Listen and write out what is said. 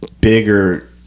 bigger